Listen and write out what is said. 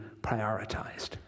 prioritized